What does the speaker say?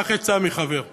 קח עצה מחבר.